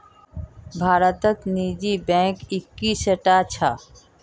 भारतत निजी बैंक इक्कीसटा छ